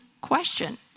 question